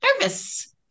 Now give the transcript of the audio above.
nervous